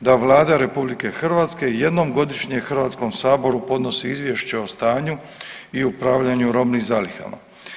da Vlada RH jednom godišnje HS-u podnosi izvješće o stanju i upravljanju robnim zalihama.